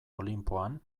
olinpoan